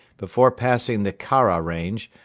before passing the khara range,